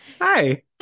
Hi